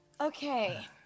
Okay